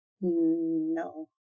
No